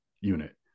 unit